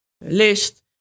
list